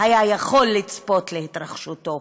היה יכול לצפות להתרחשותו.